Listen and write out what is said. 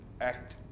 act